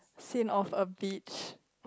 seen of a beach